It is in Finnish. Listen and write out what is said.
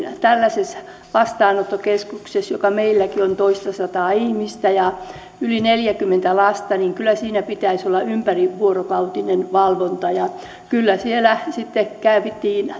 tällaisissa vastaanottokeskuksissa jollainen meilläkin on toistasataa ihmistä ja yli neljäkymmentä lasta kyllä pitäisi olla ympärivuorokautinen valvonta kyllä siellä sitten kävivät